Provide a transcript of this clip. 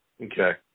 Okay